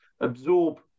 absorb